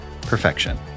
perfection